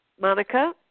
Monica